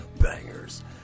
Bangers